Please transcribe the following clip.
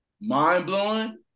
mind-blowing